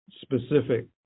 specific